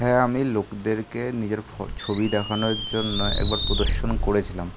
হ্যাঁ আমি লোকদেরকে নিজের ফট ছবি দেখানোর জন্য একবার প্রদর্শন করেছিলাম